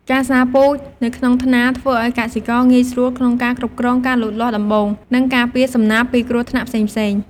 ការសាបពូជនៅក្នុងថ្នាលធ្វើឱ្យកសិករងាយស្រួលក្នុងការគ្រប់គ្រងការលូតលាស់ដំបូង និងការពារសំណាបពីគ្រោះថ្នាក់ផ្សេងៗ។